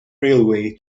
railway